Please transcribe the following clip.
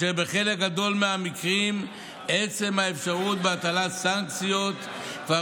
ובחלק גדול מהמקרים עצם האפשרות של הטלת סנקציות כבר